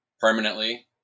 permanently